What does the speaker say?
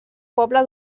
poble